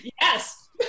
yes